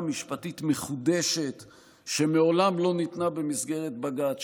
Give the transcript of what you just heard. משפטית מחודשת שמעולם לא ניתנה במסגרת בג"ץ,